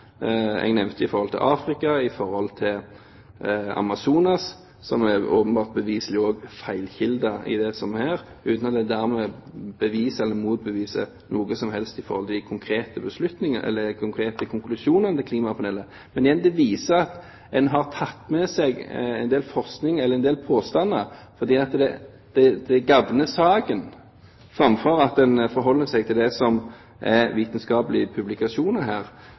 jeg nevnte. Det gjelder f.eks. Afrika og Amazonas, hvor det åpenbart og beviselig er feilkilder, uten at det dermed beviser eller motbeviser noe som helst i forhold til de konkrete beslutningene eller de konkrete konklusjonene til klimapanelet. Men igjen, det viser at man har tatt med seg en del forskning eller en del påstander fordi det gavner saken, framfor å forholde seg til det som her er vitenskapelige publikasjoner.